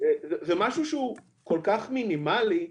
זה משהו שהוא כל כך מינימלי,